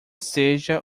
seja